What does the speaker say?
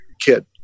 kid